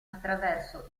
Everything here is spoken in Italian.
attraverso